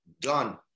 done